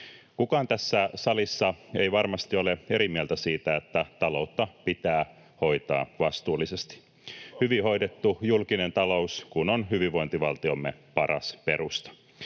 Kukaan tässä salissa ei varmasti ole eri mieltä siitä, että taloutta pitää hoitaa vastuullisesti, hyvin hoidettu julkinen talous kun on hyvinvointivaltiomme paras perusta.